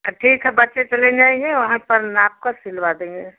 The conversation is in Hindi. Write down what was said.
ठीक है बच्चे चले जाएँगे वहाँ पर नाप का सिलवा देंगे